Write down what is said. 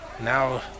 Now